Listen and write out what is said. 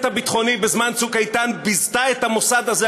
הביטחוני בזמן "צוק איתן" ביזתה את המוסד הזה,